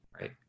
Right